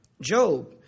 Job